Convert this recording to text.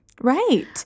Right